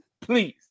Please